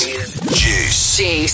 Juice